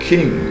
King